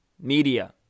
Media